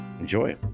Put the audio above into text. Enjoy